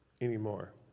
anymore